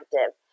active